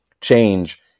change